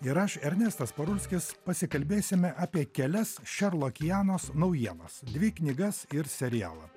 ir aš ernestas parulskis pasikalbėsime apie kelias šerlokianos naujienas dvi knygas ir serialą